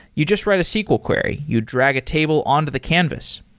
you just write a sql query. you drag a table on to the canvas.